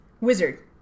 Wizard